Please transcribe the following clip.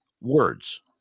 words